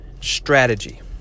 strategy